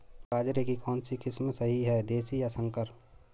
बाजरे की कौनसी किस्म सही हैं देशी या संकर?